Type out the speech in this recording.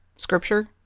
Scripture